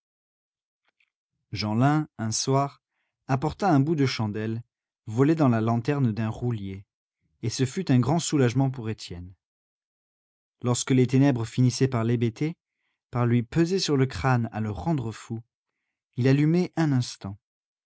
jeanlin un soir apporta un bout de chandelle volé dans la lanterne d'un roulier et ce fut un grand soulagement pour étienne lorsque les ténèbres finissaient par l'hébéter par lui peser sur le crâne à le rendre fou il allumait un instant